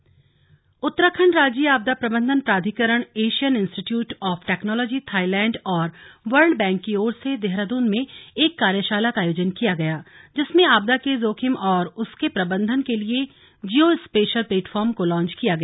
आपदा कार्यशाला उत्तराखंड राज्य आपदा प्रबंधन प्राधिकरण Asian institute of technology Thailand और वर्ल्ड बैंक की ओर से देहरादून में एक कार्यशाला का आयोजन किया गया जिसमें आपदा के जोखिम और उसके प्रबंधन के लिए जिओ स्पेशल प्लेटफार्म को लांच किया गया